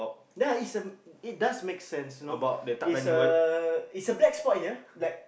ya it's a it does make sense you know it's a it's a black spot here like